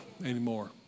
anymore